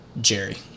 Jerry